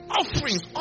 offerings